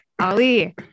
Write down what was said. Ali